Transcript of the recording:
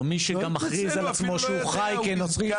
או מי שמכריז על עצמו שהוא חי כנוצרי,